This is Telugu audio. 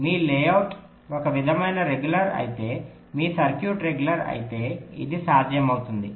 మీ లేఅవుట్ ఒక విధమైన రెగ్యులర్ అయితే మీ సర్క్యూట్ రెగ్యులర్ అయితే ఇది సాధ్యమవుతుంది